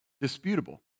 Disputable